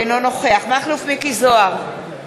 אינו נוכח מכלוף מיקי זוהר,